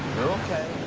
you're okay.